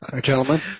gentlemen